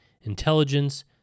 intelligence